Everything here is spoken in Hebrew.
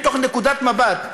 מתוך נקודת מבט,